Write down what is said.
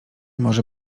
może